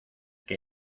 que